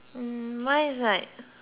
what on what